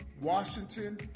Washington